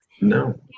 No